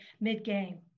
mid-game